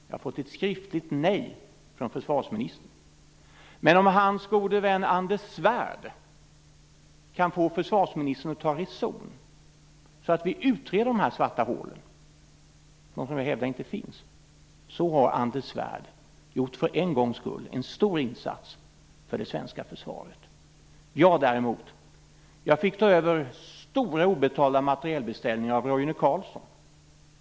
Jag har fått ett skriftligt nej från försvarsministern, men om dennes gode vän Anders Svärd kan få försvarsministern att ta reson, så att vi får utreda dessa svarta hål, som jag hävdar inte finns, har Anders Svärd för en gångs skull gjort en stor insats för det svenska försvaret. Jag fick däremot ta över stora obetalda materielbeställningar från Roine Carlsson.